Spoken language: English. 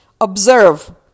observe